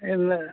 ಇಲ್ಲ